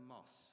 Moss